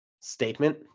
statement